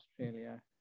Australia